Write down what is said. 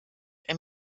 ein